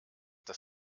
das